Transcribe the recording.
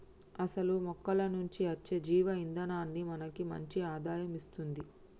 అసలు మొక్కల నుంచి అచ్చే జీవ ఇందనాన్ని మనకి మంచి ఆదాయం ఇస్తుంది